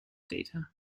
data